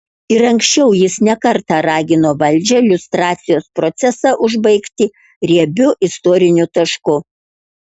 ir anksčiau jis ne kartą ragino valdžią liustracijos procesą užbaigti riebiu istoriniu tašku